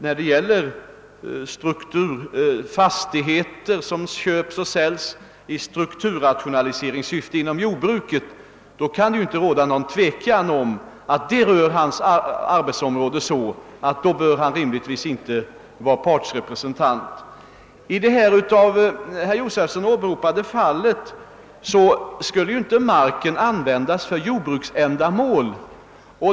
När det gäller fastigheter som köps och säljs i strukturrationaliseringssyfte inom jordbruket kan det, som herr Josefson i Arrie säger, inte råda någon tvekan om att det rör tjänstemannens arbete på sådant sätt att han rimligtvis inte bör vara partrepresentant. I det av herr Josefson i Arrie åberopade fallet skulle marken icke användas för jordbruksändamål.